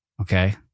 okay